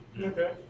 Okay